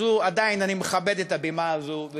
אני עדיין מכבד את הבימה הזאת,